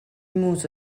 muso